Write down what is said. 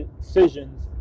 decisions